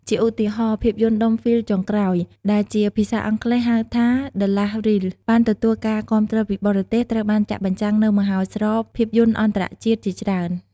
ជាឧទាហរណ៍ ភាពយន្ត "ដុំហ្វីលចុងក្រោយ" ដែលជាភាសាអង់គ្លេស ហៅថា ដឺ ឡាស់ រីល (The Last Reel) បានទទួលបានការគាំទ្រពីបរទេស ត្រូវបានចាក់បញ្ចាំងនៅមហោស្រពភាពយន្តអន្តរជាតិជាច្រើន។